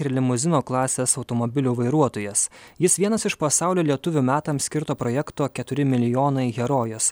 ir limuzino klasės automobilio vairuotojas jis vienas iš pasaulio lietuvių metams skirto projekto keturi milijonai herojas